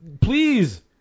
please